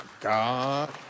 God